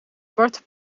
zwarte